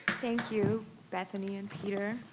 thank you, bethany and peter.